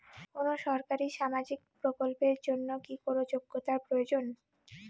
কোনো সরকারি সামাজিক প্রকল্পের জন্য কি কোনো যোগ্যতার প্রয়োজন?